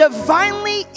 divinely